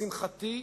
לשמחתי,